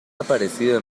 aparecido